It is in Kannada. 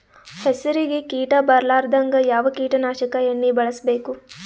ಹೆಸರಿಗಿ ಕೀಟ ಬರಲಾರದಂಗ ಯಾವ ಕೀಟನಾಶಕ ಎಣ್ಣಿಬಳಸಬೇಕು?